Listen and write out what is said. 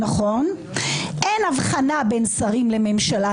אין הבחנה בין שרים לממשלה.